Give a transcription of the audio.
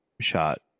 shot